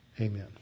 Amen